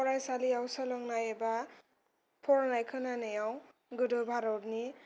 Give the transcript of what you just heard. फरायसालियाव सोलोंनाय एबा फरायनाय खोनायाव गोदो भारतनि